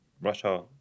Russia